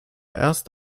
erst